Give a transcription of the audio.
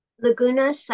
Laguna